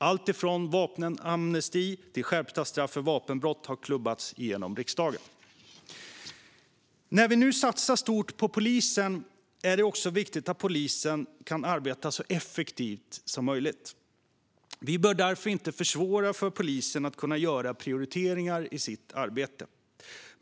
Allt från vapenamnesti till skärpta straff för vapenbrott har klubbats igenom i riksdagen. När vi nu satsar stort på polisen är det också viktigt att polisen kan arbeta så effektivt som möjligt. Vi bör därför inte försvåra för polisen att göra prioriteringar i sitt arbete.